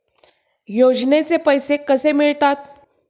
योजनेचे पैसे कसे मिळतात?